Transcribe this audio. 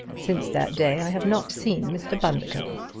since that day i have not seen mr. bundercombe.